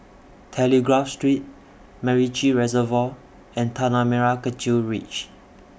Telegraph Street Macritchie Reservoir and Tanah Merah Kechil Ridge